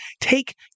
take